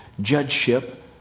judgeship